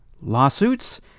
lawsuits